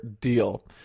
deal